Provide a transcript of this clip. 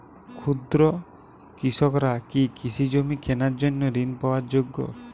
ক্ষুদ্র কৃষকরা কি কৃষিজমি কেনার জন্য ঋণ পাওয়ার যোগ্য?